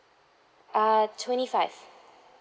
uh twenty five